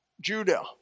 Judah